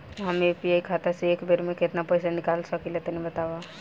हम यू.पी.आई खाता से एक बेर म केतना पइसा निकाल सकिला तनि बतावा?